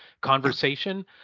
conversation